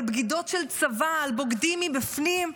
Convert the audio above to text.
על בגידות של צבא, על בוגדים מבפנים?